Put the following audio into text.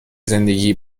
زندگی